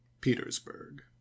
Petersburg